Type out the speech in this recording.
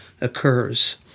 occurs